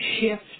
shift